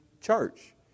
church